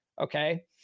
okay